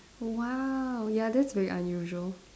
!wow! ya that's very unusual